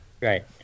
right